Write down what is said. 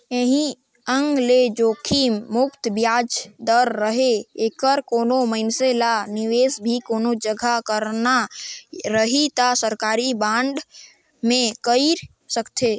ऐही एंग ले जोखिम मुक्त बियाज दर रहें ऐखर कोनो मइनसे ल निवेस भी कोनो जघा करना रही त सरकारी बांड मे कइर सकथे